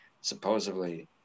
Supposedly